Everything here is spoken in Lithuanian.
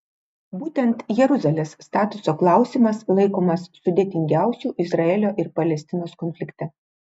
būtent jeruzalės statuso klausimas laikomas sudėtingiausiu izraelio ir palestinos konflikte